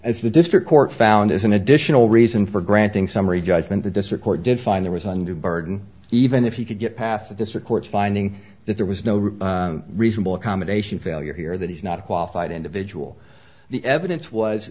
as the district court found as an additional reason for granting summary judgment the district court did find there was undue burden even if you could get past this or court finding that there was no reasonable accommodation failure here that he's not qualified individual the evidence was